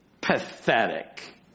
pathetic